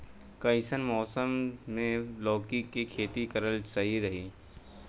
कइसन मौसम मे लौकी के खेती करल सही रही?